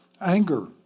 Anger